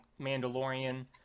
Mandalorian